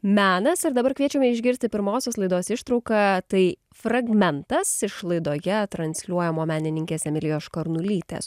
menas ir dabar kviečiame išgirsti pirmosios laidos ištrauką tai fragmentas iš laidoje transliuojamo menininkės emilijos škarnulytės